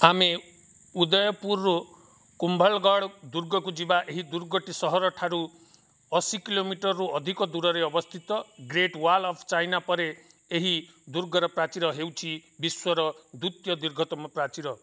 ଆମେ ଉଦୟପୁରରୁ କୁମ୍ଭଲଗଡ଼ ଦୁର୍ଗକୁ ଯିବା ଏହି ଦୁର୍ଗଟି ସହର ଠାରୁ ଅଶୀ କିଲୋମିଟରରୁ ଅଧିକ ଦୂରରେ ଅବସ୍ଥିତ ଗ୍ରେଟ୍ ୱାଲ୍ ଅଫ୍ ଚାଇନା ପରେ ଏହି ଦୁର୍ଗର ପ୍ରାଚୀର ହେଉଛି ବିଶ୍ୱର ଦ୍ୱିତୀୟ ଦୀର୍ଘତମ ପ୍ରାଚୀର